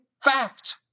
fact